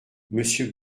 monsieur